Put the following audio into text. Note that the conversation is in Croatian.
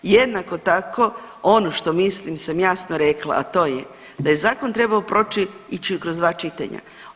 Jednako tako ono što mislim da sam jasno rekla, a to je da je zakon trebao proći, ići kroz dva čitanja.